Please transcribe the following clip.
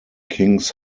kings